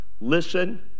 listen